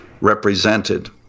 represented